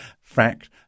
fact